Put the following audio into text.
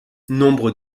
nombre